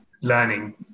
learning